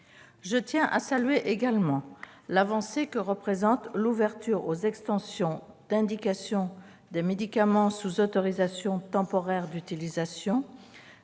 Je tiens à saluer également l'avancée que représente l'ouverture aux extensions d'indication des médicaments sous autorisation temporaire d'utilisation.